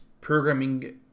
programming